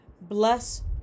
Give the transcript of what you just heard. bless